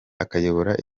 akayobora